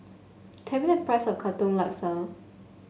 tell me the price of Katong Laksa